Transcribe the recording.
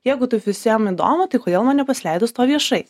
jeigu taip visiem įdomu tai kodėl man nepasileidus to viešai